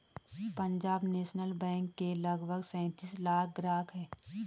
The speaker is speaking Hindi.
पंजाब नेशनल बैंक के लगभग सैंतीस लाख ग्राहक हैं